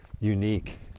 unique